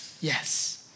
Yes